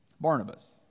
Barnabas